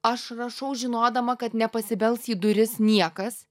aš rašau žinodama kad nepasibels į duris niekas